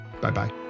Bye-bye